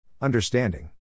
understanding